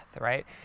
right